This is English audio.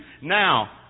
Now